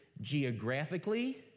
geographically